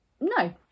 No